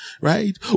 right